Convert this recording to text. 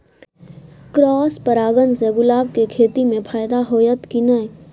Cross परागण से गुलाब के खेती म फायदा होयत की नय?